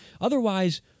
Otherwise